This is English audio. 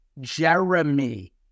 Jeremy